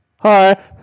Hi